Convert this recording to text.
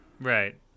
Right